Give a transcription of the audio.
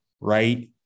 right